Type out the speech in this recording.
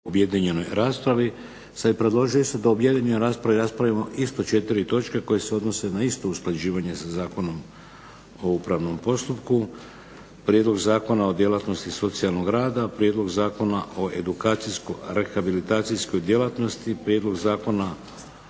(HDZ)** Sada bih predložio da u objedinjenoj raspravi raspravimo isto 4 točke koje se odnose na isto usklađivanje sa Zakonom o upravnom postupku. - Prijedlog Zakona o djelatnosti socijalnog rada, prvo čitanje, P.Z. broj 752, - Prijedlog Zakona o edukacijsko-rehabilitacijskoj djelatnosti, prvo